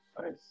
nice